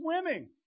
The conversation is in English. swimming